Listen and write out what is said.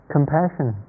Compassion